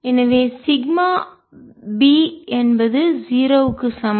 எனவே sigma B என்பது 0 க்கு சமம்